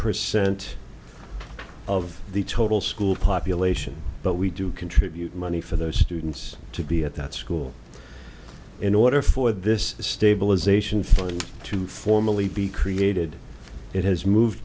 percent of the total school population but we do contribute money for those students to be at that school in order for this stabilization fund to formally be created it has moved